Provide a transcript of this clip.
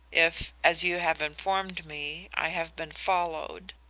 if, as you have informed me, i have been followed.